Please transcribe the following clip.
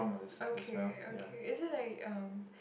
okay okay is it like um